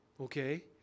Okay